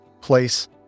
place